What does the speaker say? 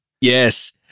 Yes